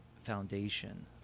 foundation